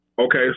okay